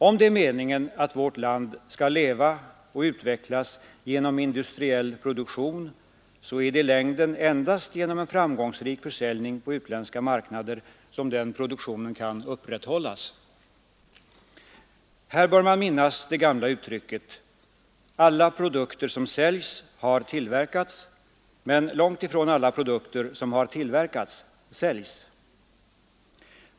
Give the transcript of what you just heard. Om det är meningen att vårt land skall leva och utvecklas genom industriell produktion är det i längden endast genom en framgångsrik försäljning på utländska marknader som den produktionen kan upprätthållas. Här bör man minnas det gamla uttrycket att ”alla produkter som säljs har tillverkats — men långt ifrån alla produkter som har tillverkats säljs”.